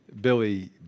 Billy